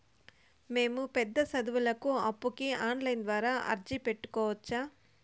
మేము పెద్ద సదువులకు అప్పుకి ఆన్లైన్ ద్వారా అర్జీ పెట్టుకోవచ్చా?